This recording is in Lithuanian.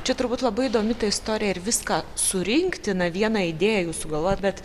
čia turbūt labai įdomi ta istorija ir viską surinkti na vieną idėją jau sugalvojot bet